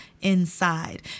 inside